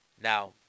Now